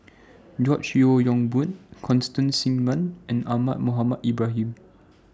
George Yeo Yong Boon Constance Singam and Ahmad Mohamed Ibrahim